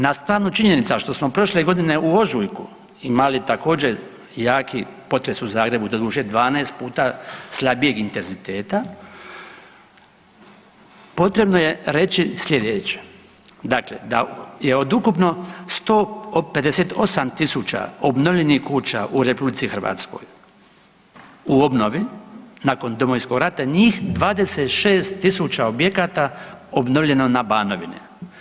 Na stranu činjenica što smo prošle godine u ožujku imali također jaki potres u Zagrebu doduše 12 puta slabijeg intenziteta potrebno je reći sljedeće, dakle da je od ukupno 158 tisuća obnovljenih kuća u Republici Hrvatskoj u obnovi nakon Domovinskog rata njih 26 tisuća objekata obnovljeno na Banovi.